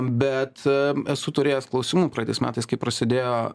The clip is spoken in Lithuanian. bet esu turėjęs klausimų praeitais metais kai prasidėjo